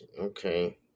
Okay